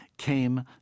came